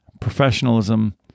professionalism